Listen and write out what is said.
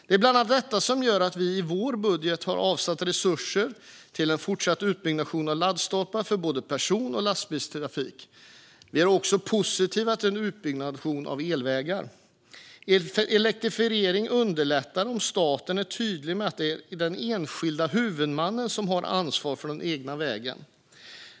Det är bland annat detta som gör att vi i vår budget har avsatt resurser till en fortsatt utbyggnation av laddstolpar för både person och lastbilstrafik. Vi är också positiva till en utbyggnad av elvägar. Elektrifieringen underlättas om staten är tydlig med att det är den enskilda huvudmannen som har ansvaret för den egna vägen.